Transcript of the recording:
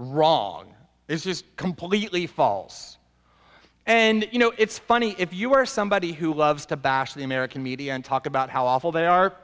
wrong this is completely false and you know it's funny if you are somebody who loves to bash the american media and talk about how awful they are